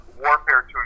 warfare